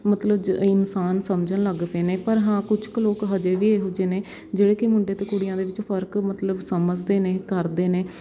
ਮਤਲਬ ਜ ਇਨਸਾਨ ਸਮਝਣ ਲੱਗ ਪਏ ਨੇ ਪਰ ਹਾਂ ਕੁਛ ਕੁ ਲੋਕ ਹਜੇ ਵੀ ਇਹੋ ਜਿਹੇ ਨੇ ਜਿਹੜੇ ਕਿ ਮੁੰਡੇ ਅਤੇ ਕੁੜੀਆਂ ਦੇ ਵਿੱਚ ਫ਼ਰਕ ਮਤਲਬ ਸਮਝਦੇ ਨੇ ਕਰਦੇ ਨੇ